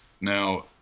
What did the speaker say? Now